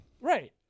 Right